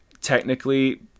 technically